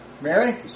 Mary